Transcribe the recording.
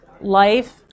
life